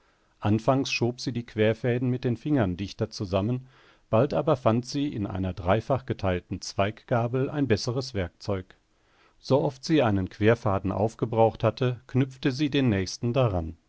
anfangs schob sie die querfäden mit den fingern dichter zusammen bald aber fand sie in einer dreifach geteilten zweiggabel ein besseres werkzeug sooft sie einen querfaden aufgebraucht hatte knüpfte sie den nächsten daran